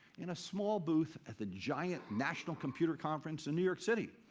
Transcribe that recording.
in a small booth at the giant national computer conference in new york city.